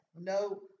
no